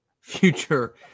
future